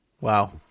Wow